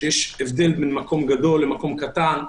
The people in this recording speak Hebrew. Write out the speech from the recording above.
שיש הבדל בין מקום גדול לבין מקום קטן.